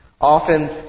often